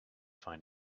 find